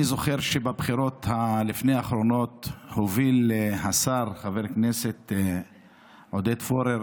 אני זוכר שבבחירות לפני האחרונות הוביל השר חבר הכנסת עודד פורר